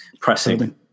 pressing